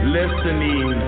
listening